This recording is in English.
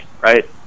right